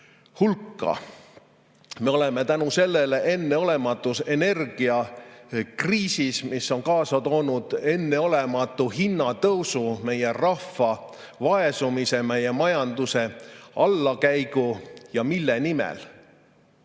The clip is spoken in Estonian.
hulka. Me oleme selle tõttu enneolematus energiakriisis, mis on kaasa toonud enneolematu hinnatõusu, meie rahva vaesumise ja meie majanduse allakäigu. Ja mille nimel?